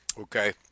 Okay